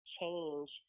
change